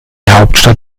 hauptstadt